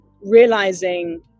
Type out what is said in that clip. realizing